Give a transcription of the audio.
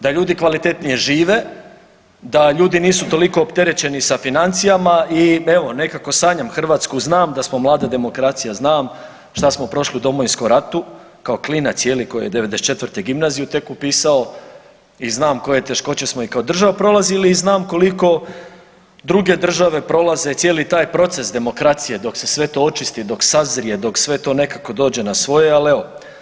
Da ljudi kvalitetnije žive, da ljudi nisu toliko opterećeni sa financijama i evo, nekako sanjam Hrvatsku, znam da smo mlada demokracija, znam šta smo prošli u Domovinskom ratu, kao klinac, je li, koji je '94. gimnaziju tek upisao i znam koje teškoće smo i kao država prolazili i znam koliko druge države prolaze cijeli taj proces demokracije, dok se sve to očisti, dok sazrije, dok sve to nekako dođe na svoje, ali evo.